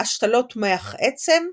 השתלות מח עצם,